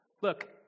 Look